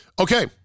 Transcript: Okay